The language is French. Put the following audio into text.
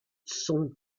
son